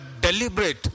deliberate